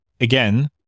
again